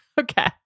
Okay